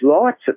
lights